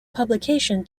publication